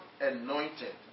anointed